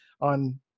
on